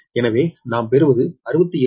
எனவே நாம் பெறுவது 62